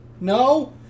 No